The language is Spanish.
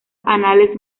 anales